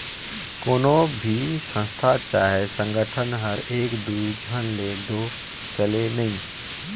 कोनो भी संस्था चहे संगठन हर एक दुई झन ले दो चले नई